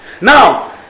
Now